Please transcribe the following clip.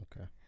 okay